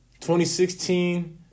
2016